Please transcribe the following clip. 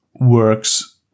works